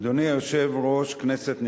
אדוני היושב-ראש, כנסת נכבדה,